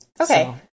Okay